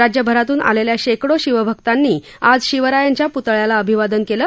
राज्यभरातून आलेल्या शेकडो शिवभक्तांनी आज शिवरायांच्या प्तळ्याला अभिवा न केलं